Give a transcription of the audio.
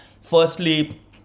Firstly